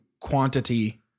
quantity